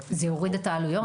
זה יוריד את העלויות.